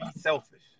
selfish